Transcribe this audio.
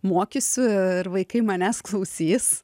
mokysiu ir vaikai manęs klausys